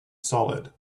solid